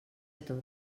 tot